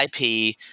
IP